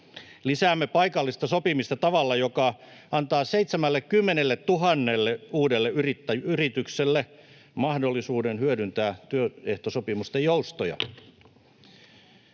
Lisäämme paikallista sopimista tavalla, joka antaa 70 000:lle uudelle yritykselle mahdollisuuden hyödyntää työehtosopimusten joustoja.